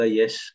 yes